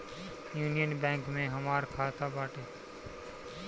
union Bank में हमार खाता बाटे